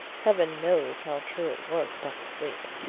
heaven knows how true it was about the sleep.